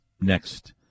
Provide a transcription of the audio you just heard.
next